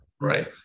Right